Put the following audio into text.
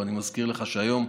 ואני מזכיר לך שהיום,